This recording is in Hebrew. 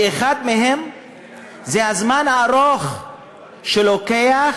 שאחד מהם זה הזמן הארוך שלוקח